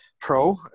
pro